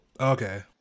okay